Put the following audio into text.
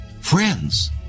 Friends